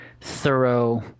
thorough